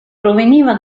proveniva